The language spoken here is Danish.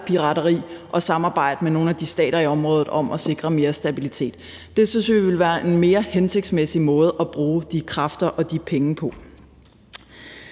pirateri, og samarbejde med nogle af de stater i området om at sikre mere stabilitet. Det synes vi ville være en mere hensigtsmæssig måde at bruge de kræfter og de penge på.